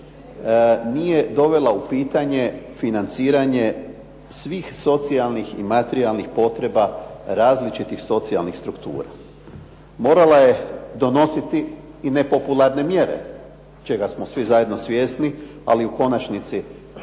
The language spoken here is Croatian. nije dovela u pitanje financiranje svih socijalnih i materijalnih potreba različitih socijalnih struktura. Morala je donositi i nepopularne mjere, čega smo svi zajedno svjesni, ali u konačnici